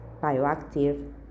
bioactive